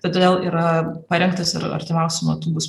todėl yra parengtas ir artimiausiu metu bus